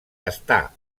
està